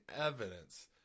evidence